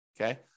Okay